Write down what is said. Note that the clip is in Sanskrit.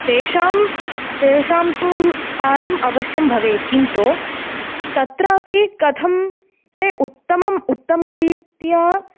तेषां तेषां तु स्थानम् अवश्यं भवेत् किन्तु तत्रापि कथं ते उत्तमम् उत्तमरीत्या